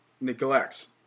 neglects